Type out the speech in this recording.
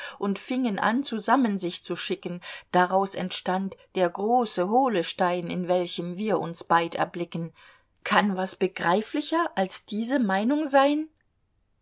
und fingen an zusammen sich zu schicken daraus entstand der große hohle stein in welchem wir uns beid erblicken kann was begreiflicher als diese meinung sein